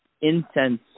incense